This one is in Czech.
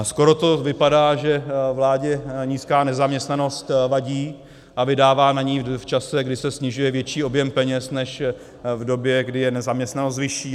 Skoro to vypadá, že vládě nízká nezaměstnanost vadí, a vydává na ni v čase, kdy se snižuje, větší objem peněz než v době, kdy je nezaměstnanost vyšší.